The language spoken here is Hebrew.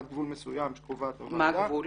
עד גבול מסוים שקובעת הוועדה --- מה הגבול?